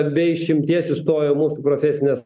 be išimties įstojo į mūsų profesines